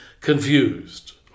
confused